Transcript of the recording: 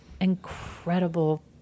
incredible